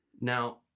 Now